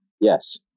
yes